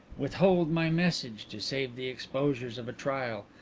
withhold my message to save the exposures of a trial,